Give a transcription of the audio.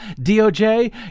DOJ